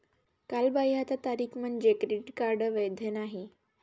कालबाह्यता तारीख म्हणजे क्रेडिट कार्ड वैध नाही